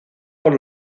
por